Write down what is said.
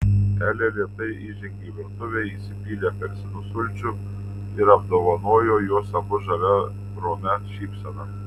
elė lėtai įžengė į virtuvę įsipylė apelsinų sulčių ir apdovanojo juos abu žavia romia šypsena